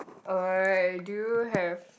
uh do you have